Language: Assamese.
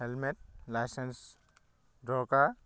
হেলমেট লাইচেন্স দৰকাৰ